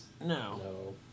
No